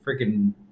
freaking